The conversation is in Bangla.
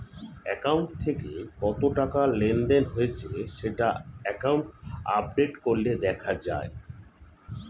অ্যাকাউন্ট থেকে কত টাকা লেনদেন হয়েছে সেটা অ্যাকাউন্ট আপডেট করলে দেখা যায়